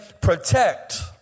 protect